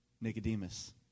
Nicodemus